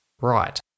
Right